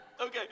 Okay